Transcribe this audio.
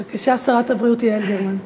בבקשה, שרת הבריאות יעל גרמן.